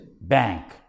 bank